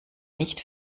nicht